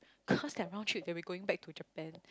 cause their round trip they will be going back to Japan